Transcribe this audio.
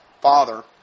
father